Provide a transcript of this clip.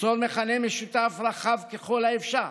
ליצור מכנה משותף רחב ככל האפשר,